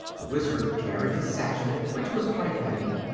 the wizard carried his satchel, which was quite heavy,